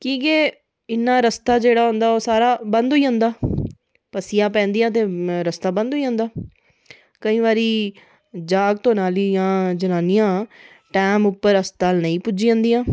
की के इन्ना रस्ता जेह्ड़ा ओह् सारा बंद होई जंदा पस्सियां पेदियां ते रस्ता बंद होई जंदा केईं बारी जागत ओह्ने आह्लियां जनानियां टैम उप्पर नेईं भुज्जी पांदे